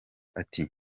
ati